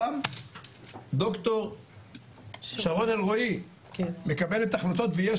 גם דוקטור שרון אלרעי מקבלת החלטות ויש